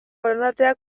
borondatea